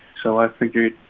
so i figured,